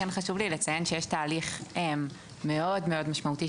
כן חשוב לי לציין שיש תהליך מאוד מאוד משמעותי,